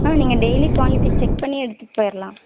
ஆ நீங்கள் daily quality check பண்ணி எடுத்துகிட்டுப் போயிடலாம்